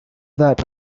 that